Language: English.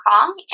Kong